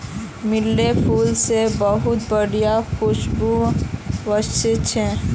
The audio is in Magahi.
चमेलीर फूल से बहुत बढ़िया खुशबू वशछे